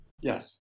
Yes